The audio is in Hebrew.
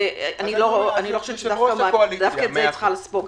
ואני לא חושבת שדווקא את זה היא צריכה לספוג.